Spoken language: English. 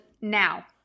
now